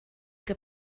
que